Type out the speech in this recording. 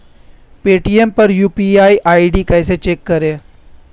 Paytm पर UPI ID कैसे check करें?